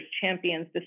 champions